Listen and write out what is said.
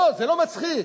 זה לא מצחיק.